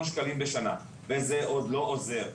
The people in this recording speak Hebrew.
וזה עוד לא עוזר,